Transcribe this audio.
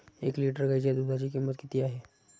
एक लिटर गाईच्या दुधाची किंमत किती आहे?